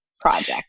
project